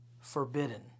forbidden